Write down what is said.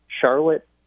Charlotte